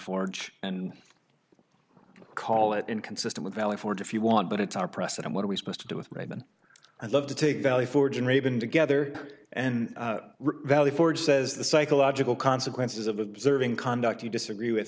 forge and call it inconsistent with valley forge if you want but it's our press and what are we supposed to do with raven i love to take valley forge and raven together and valley forge says the psychological consequences of observing conduct he disagree